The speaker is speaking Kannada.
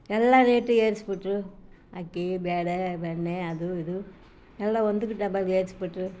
ಎಲ್ಲ ರೇಟ್ ಏರಿಸ್ಬಿಟ್ರು ಅಕ್ಕಿ ಬೇಳೆ ಬೆಣ್ಣೆ ಅದು ಇದು ಎಲ್ಲ ಒಂದಕ್ಕೆ ಡಬಲ್ ಏರಿಸ್ಬಿಟ್ರು